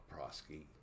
Prosky